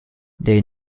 they